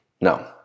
no